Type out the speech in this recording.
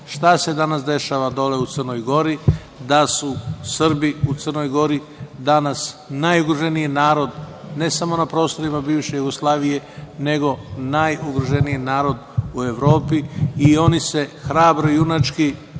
šta se danas dešava dole u Crnoj Gori, da su Srbi u Crnoj Gori danas najugroženiji narod, ne samo na prostorima bivše Jugoslavije, nego najugroženiji narod u Evropi i oni se hrabro i junački,